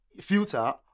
filter